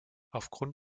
aufgrund